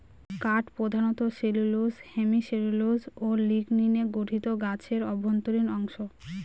কাঠ প্রধানত cellulose hemicellulose ও লিগনিনে গঠিত গাছের অভ্যন্তরীণ অংশ